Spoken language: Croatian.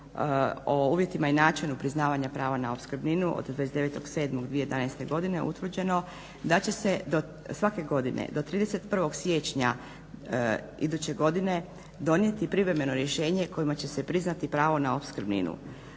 o uvjetima i načinu priznavanja prava na opskrbninu od 29.7.2011. godine utvrđeno da će se svake godine do 31.siječnja iduće godine donijeti privremeno rješenje kojima će se priznati pravo na opskrbninu.